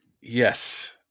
Yes